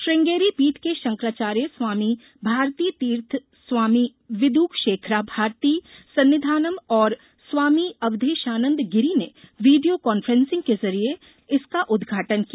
श्रंगेरी पीठ के शंकराचार्य स्वामी भारती तीर्थ स्वामी विधुशेखरा भारती सन्निधानम और स्वामी अवधेशानद गिरि ने वीडियो काफ्रेंसिंग के जरिये इसका उदघाटन किया